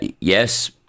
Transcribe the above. Yes